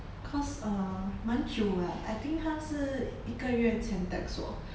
cause uh 蛮久 eh I think 他是一个月前 text 我